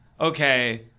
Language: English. okay